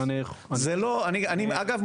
אגב,